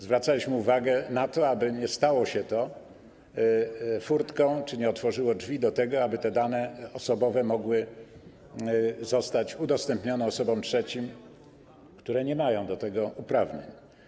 Zwracaliśmy uwagę na to, aby nie stało się to furtką czy nie otworzyło to drzwi do tego, aby te dane osobowe mogły zostać udostępnione osobom trzecim, które nie mają do tego uprawnień.